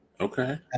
Okay